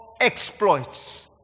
exploits